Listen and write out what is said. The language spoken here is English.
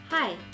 Hi